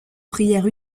prières